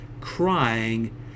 crying